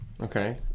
Okay